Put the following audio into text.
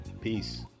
Peace